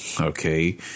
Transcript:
Okay